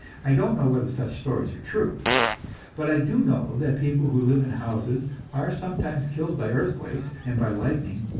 i don't know whether such stories are true but i do know that people who live in houses are sometimes killed by earthquakes and by lightning,